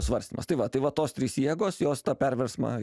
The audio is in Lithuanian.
svarstymas tai va tai va tos trys jėgos jos tą perversmą